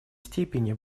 степени